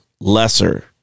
lesser